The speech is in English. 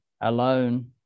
alone